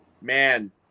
man